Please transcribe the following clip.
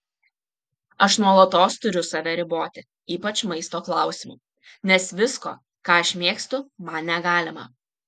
aš nuolatos turiu save riboti ypač maisto klausimu nes visko ką aš mėgstu man negalima